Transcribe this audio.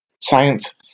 Science